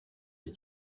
des